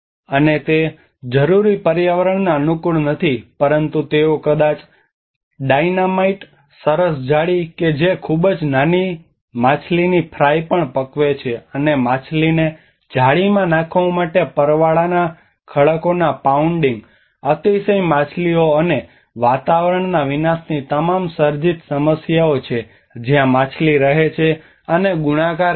અને તે જરૂરી પર્યાવરણને અનુકૂળ નથી પરંતુ તેઓ કદાચ ડાયનામાઇટ સરસ જાળી કે જે ખૂબ જ નાની માછલીની ફ્રાય પણ પકવે છે અને માછલીને જાળીમાં નાખવા માટે પરવાળાના ખડકોના પાઉંડિંગ અતિશય માછલીઓ અને વાતાવરણના વિનાશની તમામ સર્જિત સમસ્યાઓ છે જ્યાં માછલી રહે છે અને ગુણાકાર કરે છે